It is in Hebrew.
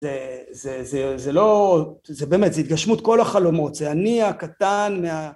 זה לא... זה באמת, זה התגשמות כל החלומות, זה אני הקטן מה...